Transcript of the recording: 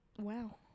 wow